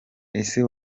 ese